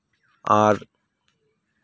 ᱟᱨ